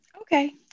Okay